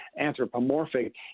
anthropomorphic